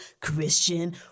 Christian